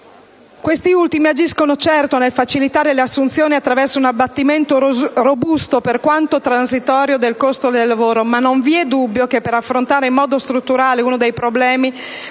Questi ultimi agiscono, certo, nel facilitare le assunzioni attraverso un abbattimento, robusto per quanto transitorio, del costo del lavoro, ma non vi è dubbio che per affrontare in modo strutturale uno dei problemi